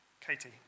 Katie